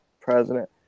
president